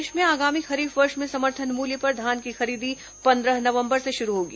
प्रदेश में आगामी खरीफ वर्ष में समर्थन मूल्य पर धान की खरीदी पंद्रह नवंबर से शुरू होगी